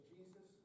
Jesus